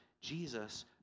Jesus